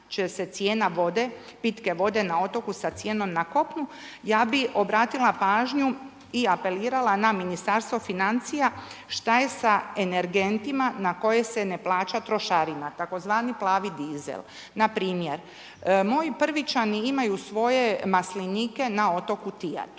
će se cijena vode, pitke vode na otoku sa cijenom na kopnu. Ja bi obratila pažnju i apelirala na Ministarstvo financija šta je sa energentima na koje se ne plaća trošarina, tzv. plavi dizel. Npr. moj Prvićani imaju svoje maslinike na otoku Tijatu,